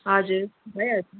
हजुर भइहाल्छ नि